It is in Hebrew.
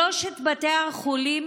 שלושת בתי החולים